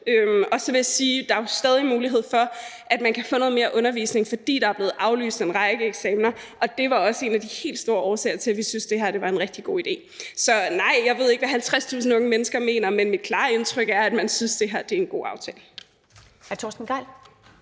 Og så vil jeg sige, at der jo stadig er mulighed for, at man kan få noget mere undervisning, fordi der er blevet aflyst en række eksaminer, og det var også en af de helt store årsager til, at vi syntes, det her var en rigtig god idé. Så nej, jeg ved ikke, hvad 50.000 unge mennesker mener, men mit klare indtryk er, at man synes, det her er en god aftale.